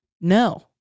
No